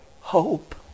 hope